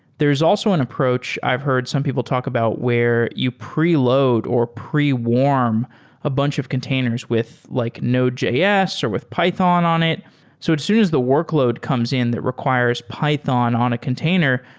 there's also an approach i've heard some people talk about where you preload or pre-warm a bunch of containers with like node js or with python on it so it soon as a workload comes in that requires python on a container,